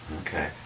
Okay